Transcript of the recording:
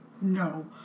No